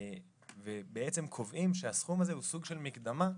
ובעצם קובעים שהסכום הזה הוא סוג של מקדמה,